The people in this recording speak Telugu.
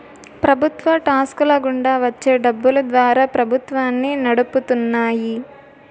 ప్రభుత్వ టాక్స్ ల గుండా వచ్చే డబ్బులు ద్వారా ప్రభుత్వాన్ని నడుపుతున్నాయి